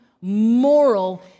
moral